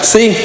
See